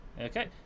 Okay